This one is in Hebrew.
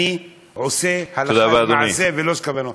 אני עושה הלכה למעשה, ולא כוונות.